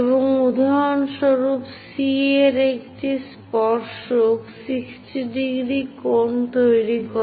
এবং উদাহরণস্বরূপ C এর একটি স্পর্শক 60০ কোণ তৈরি করে